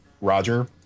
Roger